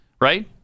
right